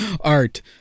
Art